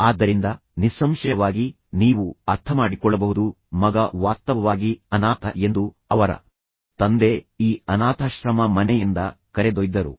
ಆದ್ದರಿಂದ ನಿಸ್ಸಂಶಯವಾಗಿ ನೀವು ಅರ್ಥಮಾಡಿಕೊಳ್ಳಬಹುದು ಮಗ ವಾಸ್ತವವಾಗಿ ಅನಾಥ ಎಂದು ಅವರ ತಂದೆ ಈ ಅನಾಥಾಶ್ರಮ ಮನೆಯಿಂದ ಕರೆದೊಯ್ದರು